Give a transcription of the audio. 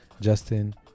Justin